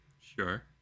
Sure